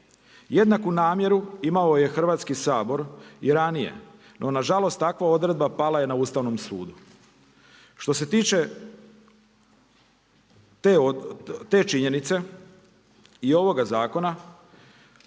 Jednaku namjeru imao je Hrvatski sabor i ranije, no na žalost takva odredba pala je na Ustavnom sudu. Što se tiče te činjenice i ovoga zakona